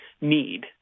need